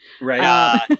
Right